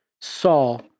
Saul